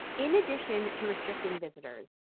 in addition to restricting visitors,